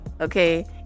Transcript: Okay